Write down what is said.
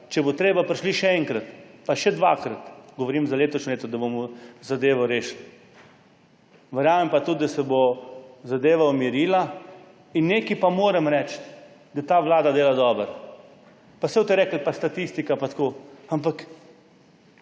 če bo treba, prišli še enkrat, pa še dvakrat, govorim za letošnje leto, da bomo zadevo rešili. Verjamem pa tudi, da se bo zadeva umiril. Nekaj pa moram reči, da ta vlada dela dobro. Pa boste rekli, statistika pa tako, ampak